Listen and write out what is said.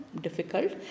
difficult